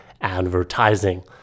advertising